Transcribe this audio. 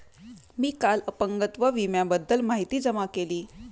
मी काल अपंगत्व विम्याबद्दल माहिती जमा केली